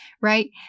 right